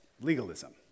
legalism